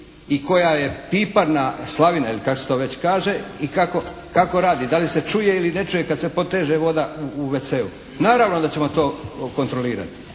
i koja je pipa na, slavina ili kak se to već kaže i kako radi, da li se čuje ili ne čuje kad se poteže voda u WC-u. Naravno da ćemo to kontrolirati.